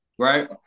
right